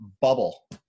bubble